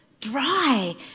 dry